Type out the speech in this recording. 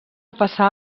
passar